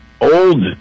old